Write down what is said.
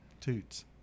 Toots